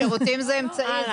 שירותים זה אמצעי.